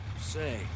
Say